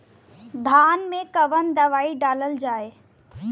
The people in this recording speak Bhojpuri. धान मे कवन दवाई डालल जाए?